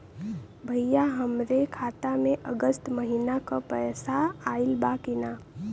भईया हमरे खाता में अगस्त महीना क पैसा आईल बा की ना?